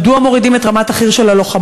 ברצוני לשאול: